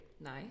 Nice